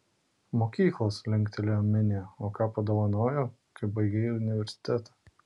mokyklos linktelėjo minė o ką padovanojo kai baigei universitetą